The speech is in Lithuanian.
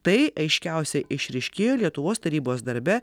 tai aiškiausiai išryškėjo lietuvos tarybos darbe